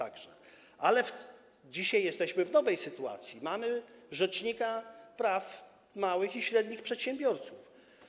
Ale dzisiaj jesteśmy w nowej sytuacji, mamy rzecznika praw małych i średnich przedsiębiorców.